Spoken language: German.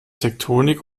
tektonik